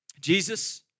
Jesus